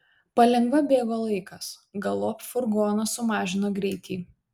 palengva bėgo laikas galop furgonas sumažino greitį